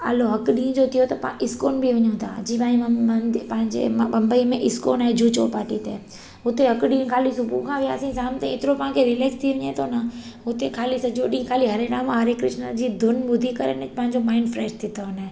हलो हिकु ॾींहं जो थी वियो त पाण इस्कोन बि वञूं था जीअं पंहिंजे बंबई में इस्कोन आहे जुहू चौपाटीअ ते हुते हिकु ॾींहुं ख़ाली सुबुहअ खां वियासीं शाम ताईं पाण खे एतिरो रिलेक्स थी वञे थो न हुते ख़ाली सॼो ॾींहं ख़ाली हरे राम हरे कृष्न जी धुन ॿुधी करे ने पंहिंजो माइंड फ़्रैश थी थो वञे